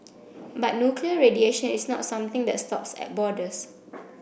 but nuclear radiation is not something that stops at borders